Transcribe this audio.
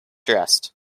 dressed